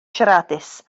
siaradus